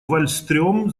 вальстрём